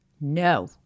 No